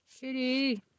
Kitty